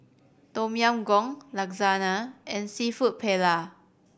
Tom Yam Goong Lasagna and Seafood Paella